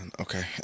Okay